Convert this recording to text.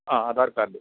ആ ആധാർ കാർഡ്